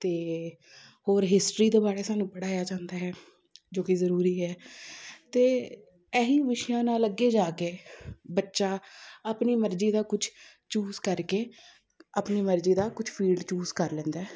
ਅਤੇ ਹੋਰ ਹਿਸਟਰੀ ਦੇ ਬਾਰੇ ਸਾਨੂੰ ਪੜ੍ਹਾਇਆ ਜਾਂਦਾ ਹੈ ਜੋ ਕਿ ਜ਼ਰੂਰੀ ਹੈ ਅਤੇ ਇਹੀ ਵਿਸ਼ਿਆਂ ਨਾਲ ਅੱਗੇ ਜਾ ਕੇ ਬੱਚਾ ਆਪਣੀ ਮਰਜ਼ੀ ਦਾ ਕੁਛ ਚੂਸ ਕਰਕੇ ਆਪਣੀ ਮਰਜ਼ੀ ਦਾ ਕੁਛ ਫੀਲਡ ਚੂਸ ਕਰ ਲੈਂਦਾ ਹੈ